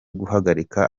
guharabika